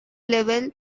level